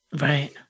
right